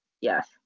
Yes